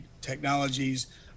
technologies